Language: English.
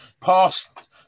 past